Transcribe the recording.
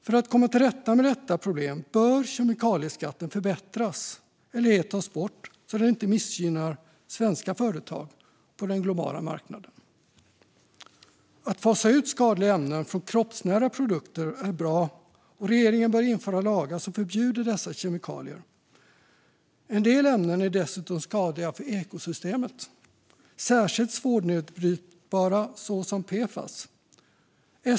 För att komma till rätta med dessa problem bör kemikalieskatten förbättras, eller helt tas bort, så den inte missgynnar svenska företag på den globala marknaden. Att fasa ut skadliga ämnen från kroppsnära produkter är bra, och regeringen bör införa lagar som förbjuder dessa kemikalier. En del ämnen är dessutom skadliga för ekosystemet. Det gäller särskilt de svårnedbrytbara, såsom PFAS.